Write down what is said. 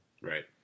right